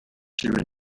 through